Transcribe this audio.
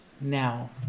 now